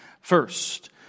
First